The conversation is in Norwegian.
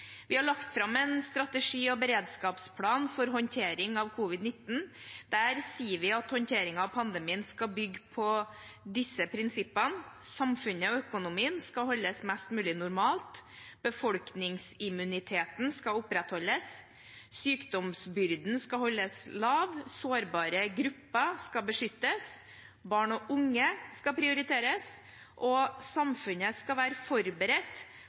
Vi har lagt fram en strategi og beredskapsplan for håndtering av covid-19. Der sier vi at håndteringen av pandemien skal bygge på disse prinsippene: Samfunnet og økonomien skal holdes mest mulig normalt. Befolkningsimmuniteten skal opprettholdes. Sykdomsbyrden skal holdes lav. Sårbare grupper skal beskyttes. Barn og unge skal prioriteres. Samfunnet skal være forberedt